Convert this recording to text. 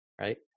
right